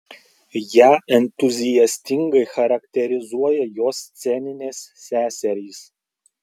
ją entuziastingai charakterizuoja jos sceninės seserys